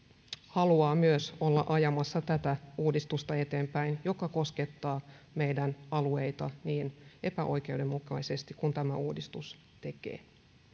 haluaa myös olla ajamassa tätä uudistusta eteenpäin joka koskettaa meidän alueitamme niin epäoikeudenmukaisesti kuin tämä uudistus tekee